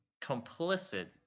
complicit